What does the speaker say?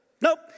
Nope